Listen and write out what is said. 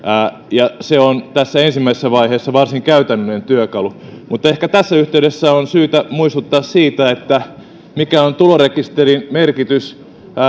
ja se on tässä ensimmäisessä vaiheessa varsin käytännöllinen työkalu mutta ehkä tässä yhteydessä on syytä muistuttaa siitä mikä on tulorekisterin merkitys